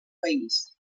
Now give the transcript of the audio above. país